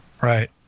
Right